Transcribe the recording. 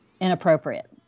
inappropriate